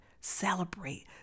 Celebrate